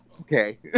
Okay